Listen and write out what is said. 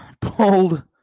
pulled